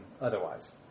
otherwise